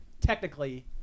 technically